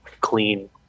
clean